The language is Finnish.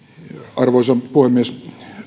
arvoisa puhemies